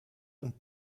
und